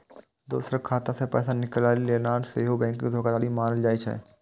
दोसरक खाता सं पैसा निकालि लेनाय सेहो बैंकिंग धोखाधड़ी मानल जाइ छै